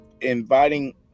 inviting